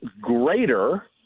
greater